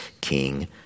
king